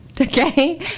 Okay